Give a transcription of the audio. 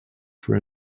for